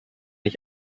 ich